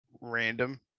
random